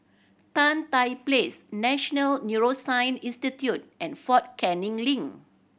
Tan Tye Place National Neuroscience Institute and Fort Canning Link